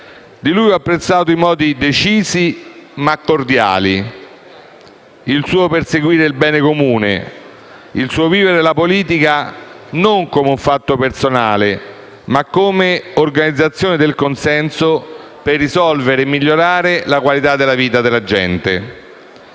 Di lui ho apprezzato i modi decisi ma cordiali, il suo perseguire il bene comune, il suo vivere la politica non come un fatto personale, ma come organizzazione del consenso per risolvere e migliorare la qualità della vita della gente.